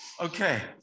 Okay